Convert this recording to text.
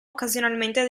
occasionalmente